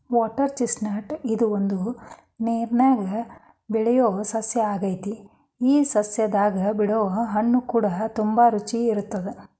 water chestnut ಇದು ಒಂದು ನೇರನ್ಯಾಗ ಬೆಳಿಯೊ ಸಸ್ಯ ಆಗೆತಿ ಈ ಸಸ್ಯದಾಗ ಬಿಡೊ ಹಣ್ಣುಕೂಡ ತುಂಬಾ ರುಚಿ ಇರತ್ತದ